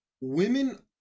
women